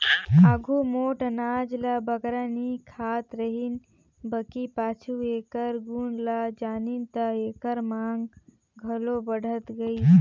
आघु मोट अनाज ल बगरा नी खात रहिन बकि पाछू एकर गुन ल जानिन ता एकर मांग घलो बढ़त गइस